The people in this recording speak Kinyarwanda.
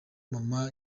mama